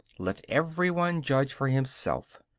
let every one judge for himself.